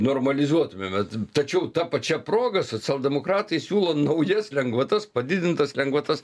normalizuotumėme tačiau ta pačia proga socialdemokratai siūlo naujas lengvatas padidintas lengvatas